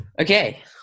Okay